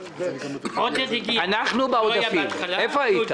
עודד הגיע, הוא לא היה בהתחלה.